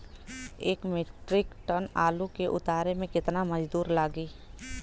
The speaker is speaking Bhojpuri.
एक मित्रिक टन आलू के उतारे मे कितना मजदूर लागि?